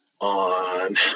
On